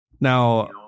Now